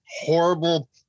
horrible